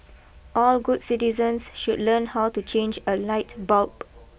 all good citizens should learn how to change a light bulb